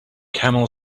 camel